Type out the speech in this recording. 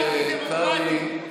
אתה אנטי-דמוקרטי.